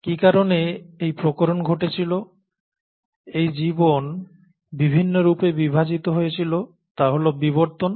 কী কারণে এই প্রকরণ ঘটেছিল এই জীবন বিভিন্ন রূপে বিভাজিত হয়েছিল তা হল বিবর্তন